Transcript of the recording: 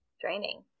draining